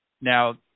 Now